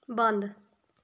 ਬੰਦ